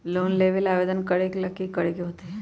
Loan लेबे ला आवेदन करे ला कि करे के होतइ?